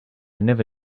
never